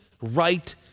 right